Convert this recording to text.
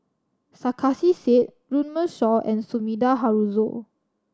Sarkasi Said Runme Shaw and Sumida Haruzo